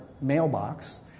mailbox